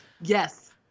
Yes